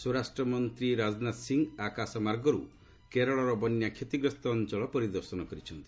ସ୍ୱରାଷ୍ଟ୍ରମନ୍ତ୍ରୀ ରାଜନାଥ ସିଂ ଆକାଶମାର୍ଗରୁ କେରଳ ବନ୍ୟା କ୍ଷତିଗ୍ରସ୍ତ ଅଞ୍ଚଳ ପରିଦର୍ଶନ କରିଛନ୍ତି